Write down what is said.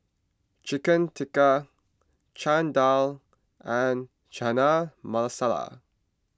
Chicken Tikka Chana Dal and Chana Masala